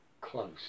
close